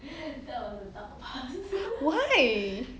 why